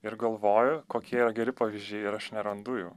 ir galvoju kokie geri pavyzdžiai ir aš nerandu jų